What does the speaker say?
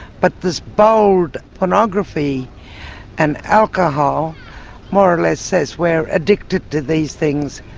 but this bold pornography and alcohol more or less says we're addicted to these things,